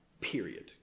period